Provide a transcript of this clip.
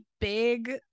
big